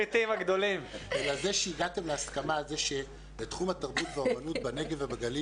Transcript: זה שהגעתם להסכמה על זה שתחום התרבות והאומנות בנגב ובגליל